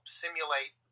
simulate